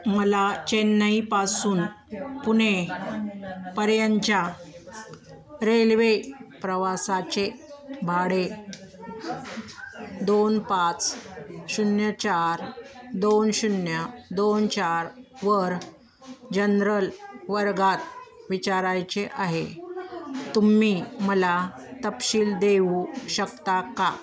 मला चेन्नईपासून पुणे पर्यंतच्या रेल्वे प्रवासाचे भाडे दोन पाच शून्य चार दोन शून्य दोन चार वर जनरल वर्गात विचारायचे आहे तुम्ही मला तपशील देऊ शकता का